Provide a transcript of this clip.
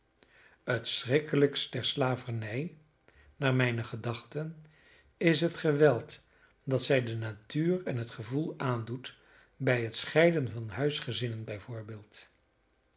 het schrikkelijkste der slavernij naar mijne gedachten is het geweld dat zij de natuur en het gevoel aandoet bij het scheiden van huisgezinnen